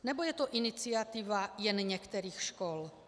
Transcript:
Nebo je to iniciativa jen některých škol?